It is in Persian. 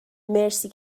مرسی